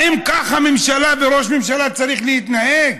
האם ככה ממשלה וראש ממשלה צריכים להתנהג?